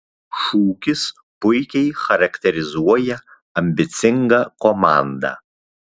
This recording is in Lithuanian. šūkis puikiai charakterizuoja ambicingą komandą